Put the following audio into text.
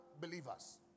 believers